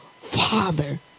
father